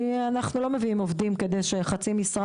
אנחנו לא מביאים עובדים כדי שחצי משרה